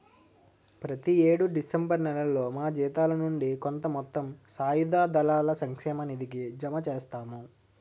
ప్రతి యేడు డిసెంబర్ నేలలో మా జీతాల నుండి కొంత మొత్తం సాయుధ దళాల సంక్షేమ నిధికి జమ చేస్తాము